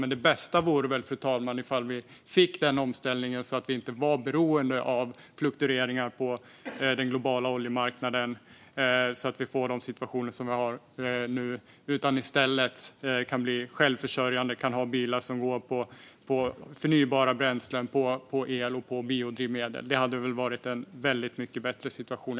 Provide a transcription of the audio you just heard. Men det bästa vore väl, fru talman, om vi fick en sådan omställning att vi inte var beroende av fluktueringar på den globala oljemarknaden och får den situation som vi har nu utan i stället kan bli självförsörjande och kan ha bilar som går på förnybara bränslen, på el och på biodrivmedel. Det hade varit en väldigt mycket bättre situation.